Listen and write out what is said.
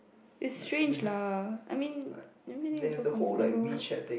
is strange lah I mean everything is so comfortable